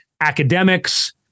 academics